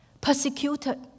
persecuted